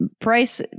price